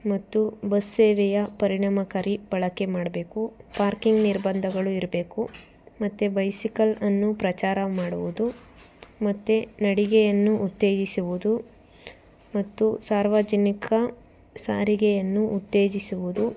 ಮತ್ತು ಬಸ್ ಸೇವೆಯ ಪರಿಣಾಮಕಾರಿ ಬಳಕೆ ಮಾಡ್ಬೇಕು ಪಾರ್ಕಿಂಗ್ ನಿರ್ಬಂಧಗಳು ಇರಬೇಕು ಮತ್ತೆ ಬೈಸಿಕಲ್ ಅನ್ನು ಪ್ರಚಾರ ಮಾಡುವುದು ಮತ್ತೆ ನಡಿಗೆಯನ್ನು ಉತ್ತೇಜಿಸುವುದು ಮತ್ತು ಸಾರ್ವಜನಿಕ ಸಾರಿಗೆಯನ್ನು ಉತ್ತೇಜಿಸುವುದು